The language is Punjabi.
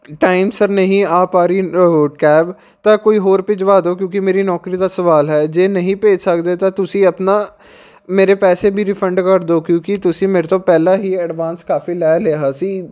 ਟਾਈਮ ਸਿਰ ਨਹੀਂ ਆ ਪਾ ਰਹੀ ਉਹ ਕੈਬ ਤਾਂ ਕੋਈ ਹੋਰ ਭਿਜਵਾ ਦਿਓ ਕਿਉਂਕਿ ਮੇਰੀ ਨੌਕਰੀ ਦਾ ਸਵਾਲ ਹੈ ਜੇ ਨਹੀਂ ਭੇਜ ਸਕਦੇ ਤਾਂ ਤੁਸੀਂ ਆਪਣਾ ਮੇਰੇ ਪੈਸੇ ਵੀ ਰਿਫੰਡ ਕਰ ਦਿਓ ਕਿਉਂਕਿ ਤੁਸੀਂ ਮੇਰੇ ਤੋਂ ਪਹਿਲਾਂ ਹੀ ਐਡਵਾਂਸ ਕਾਫੀ ਲੈ ਲਿਆ ਸੀ